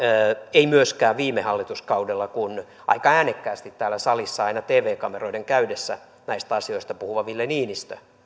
eikä myöskään viime hallituskaudella kun aika äänekkäästi täällä salissa aina tv kameroiden käydessä näistä asioista puhuva ville niinistö